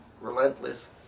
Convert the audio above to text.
relentless